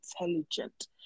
intelligent